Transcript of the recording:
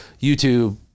YouTube